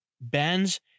bands